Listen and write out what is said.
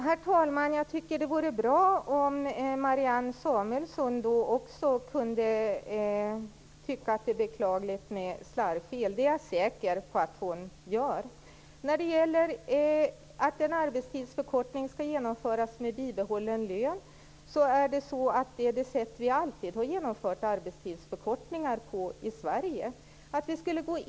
Herr talman! Det vore bra om också Marianne Samuelsson kunde medge att slarvfel är beklagliga. Det är jag säker på att hon tycker. När det gäller genomförande av en arbetstidsförkortning med bibehållen lön vill jag säga att vi i Sverige alltid genomdrivit arbetstidsförkortningar på det sättet.